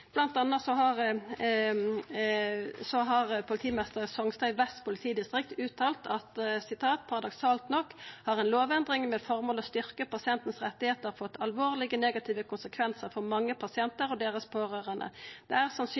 har politimeister Songstad i Vest politidistrikt uttala: «Paradoksalt nok har en lovendring med formål å styrke pasientenes rettigheter fått alvorlige negative konsekvenser for mange pasienter og deres pårørende. Det er